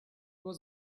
was